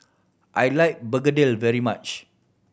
I like begedil very much